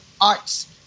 Arts